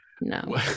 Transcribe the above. No